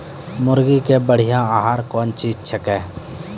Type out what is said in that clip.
मुर्गी के बढ़िया आहार कौन चीज छै के?